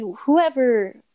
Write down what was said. Whoever